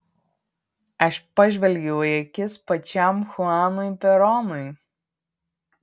aš pažvelgiau į akis pačiam chuanui peronui